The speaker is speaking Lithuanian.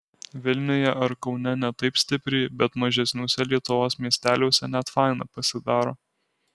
vilniuje ar kaune ne taip stipriai bet mažesniuose lietuvos miesteliuose net faina pasidaro